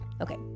okay